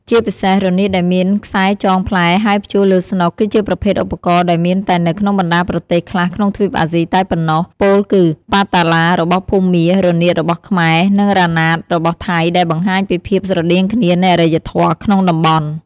ជាពិសេស រនាតដែលមានខ្សែចងផ្លែហើយព្យួរលើស្នូកគឺជាប្រភេទឧបករណ៍ដែលមានតែនៅក្នុងបណ្តាលប្រទេសខ្លះក្នុងទ្វីបអាស៊ីតែប៉ុណ្ណោះពោលគឺ ប៉ាតាឡា របស់ភូមា រនាត របស់ខ្មែរ និងរ៉ាណាត របស់ថៃដែលបង្ហាញពីភាពស្រដៀងគ្នានៃអរិយធម៌ក្នុងតំបន់។